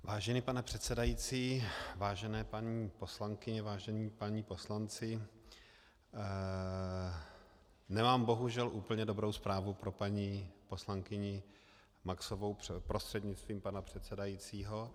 Vážený pane předsedající, vážené paní poslankyně, vážení páni poslanci, nemám bohužel úplně dobrou zprávu pro paní poslankyni Maxovou, prostřednictvím pana předsedajícího.